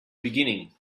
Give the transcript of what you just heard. beginning